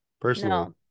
personally